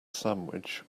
sandwich